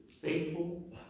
faithful